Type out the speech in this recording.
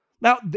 Now